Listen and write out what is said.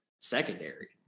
secondary